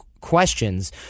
questions